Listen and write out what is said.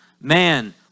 Man